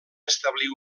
establir